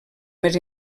més